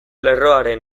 lerroaren